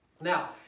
Now